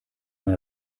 mal